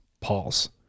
Pause